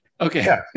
okay